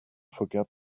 forget